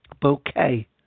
bouquet